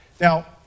Now